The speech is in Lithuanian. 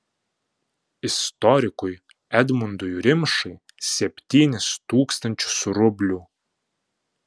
istorikui edmundui rimšai septynis tūkstančius rublių